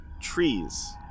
trees